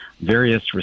various